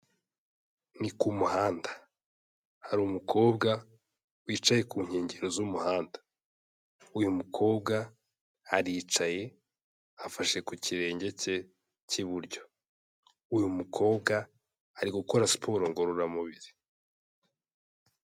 Ni ku muhanda, hari umukobwa wicaye ku nkengero z'umuhanda, uyu mukobwa aricaye afashe ku kirenge cye cy'iburyo, uyu mukobwa ari gukora siporo ngororamubiri.